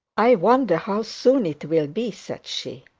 i wonder how soon it will be said she.